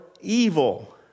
evil